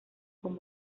con